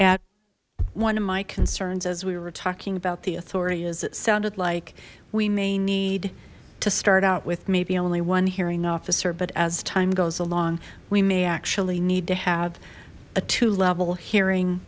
add one of my concerns as we were talking about the authority is it sounded like we may need to start out with maybe only one hearing officer but as time goes along we may actually need to have a two level hearing